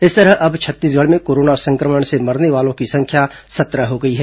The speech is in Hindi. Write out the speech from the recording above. इस तरह अब छत्तीसगढ़ में कोरोना सं क्र मण से मरने वालों की संख्या सत्रह हो गई है